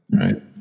right